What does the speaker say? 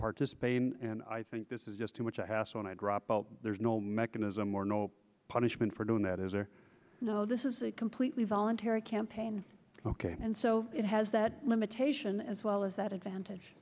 participate and i think this is just too much hassle and i drop out there's no mechanism or no punishment for doing that is a no this is a completely voluntary campaign ok and so it has that limitation as well as that advantage